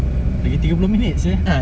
lagi tiga puluh minit sia